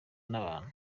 n’abantu